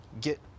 get